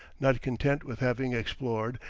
not content with having explored,